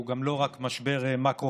הוא גם לא רק משבר מקרו-כלכלי.